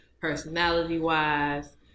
personality-wise